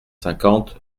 cinquante